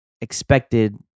expected